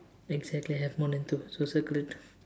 exactly have more than two so circle it